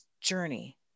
journey